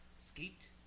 skeet